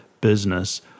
business